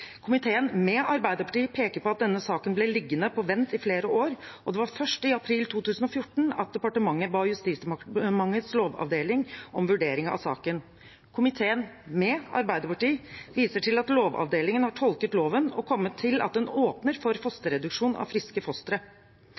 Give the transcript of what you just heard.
Komiteen» – med Arbeiderpartiet – «peker på at denne saken ble liggende på vent i flere år, og det var først i april 2014 at Helse- og omsorgsdepartementet ba Justisdepartementets lovavdeling om en vurdering av saken. Komiteen» – med Arbeiderpartiet – «viser til at lovavdelingen har tolket loven og kommet til at den åpner for fosterreduksjon av friske fostre.»